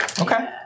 Okay